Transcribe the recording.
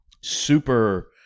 super